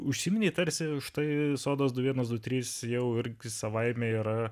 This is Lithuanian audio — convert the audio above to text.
užsimeni tarsi štai sodas du vienas du trys jau irgi savaime yra